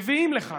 מביאים לכך